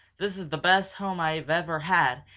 this is the best home i have ever had,